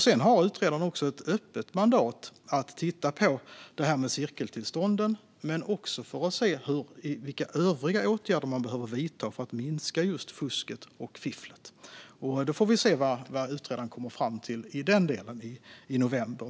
Sedan har utredaren också ett öppet mandat att titta på cirkeltillstånden men också på vilka övriga åtgärder man behöver vidta för att minska fusket och fifflet. Vi får se vad utredaren kommer fram till i den delen i november.